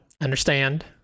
understand